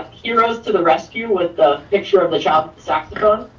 heroes to the rescue with the picture of the shop saxophone.